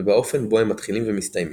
ובאופן בו הם מתחילים ומסתיימים.